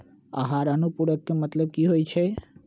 आहार अनुपूरक के मतलब की होइ छई?